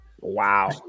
Wow